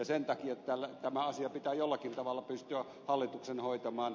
sen takia tämä asia pitää jollakin tavalla pystyä hallituksen hoitamaan